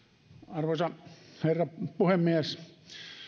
arvoisa herra puhemies